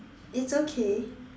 it's okay